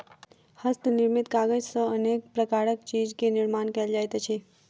हस्त निर्मित कागज सॅ अनेक प्रकारक चीज के निर्माण कयल जाइत अछि